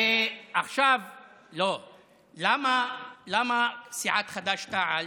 למה סיעת חד"ש-תע"ל,